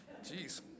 Jeez